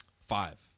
Five